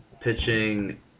pitching